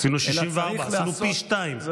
עשינו 64, עשינו פי שניים.